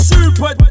Super